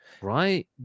right